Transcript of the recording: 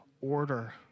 order